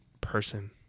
person